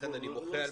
זה